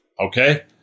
okay